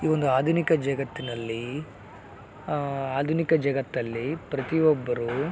ಈ ಒಂದು ಆಧುನಿಕ ಜಗತ್ತಿನಲ್ಲಿ ಆಧುನಿಕ ಜಗತ್ತಲ್ಲಿ ಪ್ರತಿ ಒಬ್ಬರು